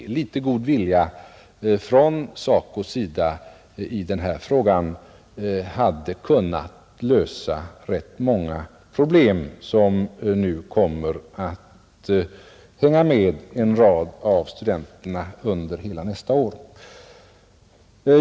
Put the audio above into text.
Litet god vilja från SACO:s sida i denna fråga hade kunnat lösa rätt många problem, som nu kommer att hänga med en rad av studenter under hela nästa år.